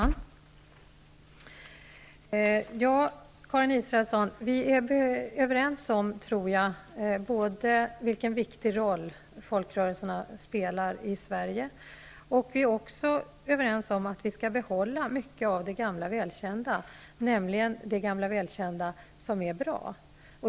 Fru talman! Karin Israelsson och jag är överens om vilken viktig roll folkrörelserna spelar i Sverige. Vi är också överens om att vi skall behålla mycket av det gamla välkända, nämligen det som är bra.